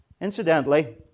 Incidentally